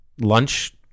lunch